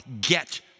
get